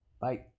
Bye